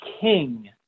king